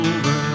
Over